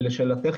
לשאלתך,